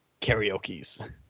Karaoke's